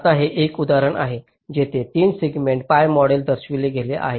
आता हे एक उदाहरण आहे जेथे 3 सेगमेंट pi मॉडेल दर्शविले गेले आहे